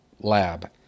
lab